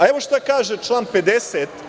Evo šta kaže član 50.